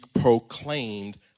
proclaimed